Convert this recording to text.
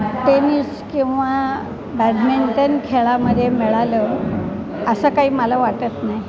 tennis किंवा badminton खेळामध्ये मिळालं असं काही मला वाटत नाही